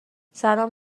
سلام